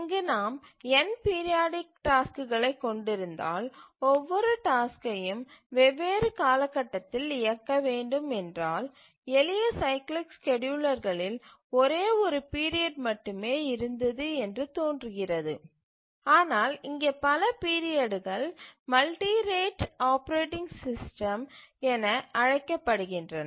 இங்கு நாம் n periodic டாஸ்க்குகளை கொண்டிருந்தால் ஒவ்வொரு டாஸ்க்கையும் வெவ்வேறு காலகட்டத்தில் இயங்க வேண்டும் என்றால் எளிய சைக்கிளிக் எக்சீக்யூட்டிவ்களில் ஒரே ஒரு பீரியட் மட்டுமே இருந்தது என்று தோன்றுகிறது ஆனால் இங்கே பல பீரியட்கள் மல்டி ரேட் ஆப்பரேட்டிங் சிஸ்டம் என அழைக்கப்படுகின்றன